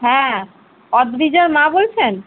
হ্যাঁ অদৃজার মা বলছেন